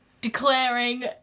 declaring